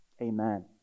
Amen